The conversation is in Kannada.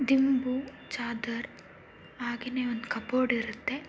ದಿಂಬು ಚಾದರ ಹಾಗೆಯೇ ಒಂದು ಕಬಾರ್ಡ್ ಇರುತ್ತೆ